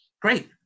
Great